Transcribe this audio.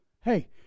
Hey